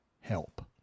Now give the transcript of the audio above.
help